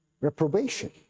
reprobation